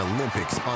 Olympics